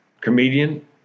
comedian